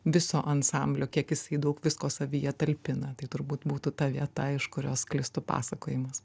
viso ansamblio kiek jisai daug visko savyje talpina tai turbūt būtų ta vieta iš kurios sklistų pasakojimas